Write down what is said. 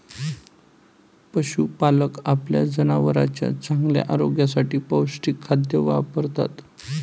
पशुपालक आपल्या जनावरांच्या चांगल्या आरोग्यासाठी पौष्टिक खाद्य वापरतात